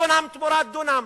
דונם תמורת דונם,